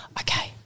okay